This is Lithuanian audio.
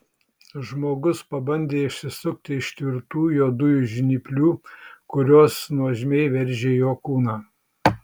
žmogus pabandė išsisukti iš tvirtų juodųjų žnyplių kurios nuožmiai veržė jo kūną